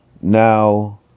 Now